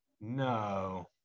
No